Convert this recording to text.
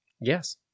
yes